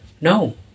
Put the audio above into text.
no